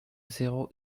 zéro